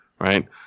right